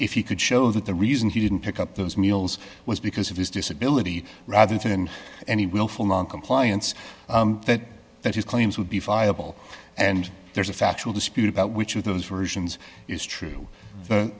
if you could show that the reason he didn't pick up those meals was because of his disability rather than any willful noncompliance that that his claims would be viable and there's a factual dispute about which of those versions is true the